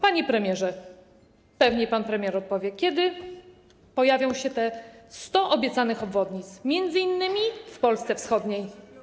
Panie premierze, pewnie pan premier odpowie, kiedy pojawi się 100 obiecanych obwodnic, m.in. w Polsce Wschodniej.